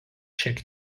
šiek